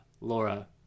Laura